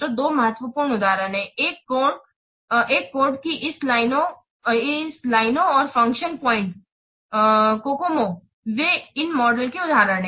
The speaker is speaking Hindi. तो दो महत्वपूर्ण उदाहरण हैं एक कोड की इस लाइनों और फ़ंक्शन बिंदुओं COCOMO वे इन मॉडलों के उदाहरण हैं